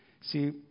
See